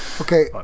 Okay